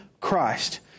Christ